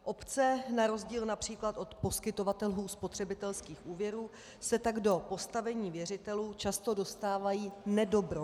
Obce na rozdíl například od poskytovatelů spotřebitelských úvěrů se tak do postavení věřitelů často dostávají nedobrovolně.